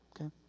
okay